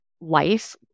life